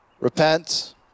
repent